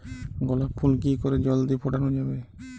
গোলাপ ফুল কি করে জলদি ফোটানো যাবে?